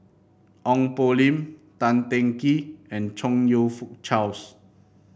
Ong Poh Lim Tan Teng Kee and Chong You Fook Charles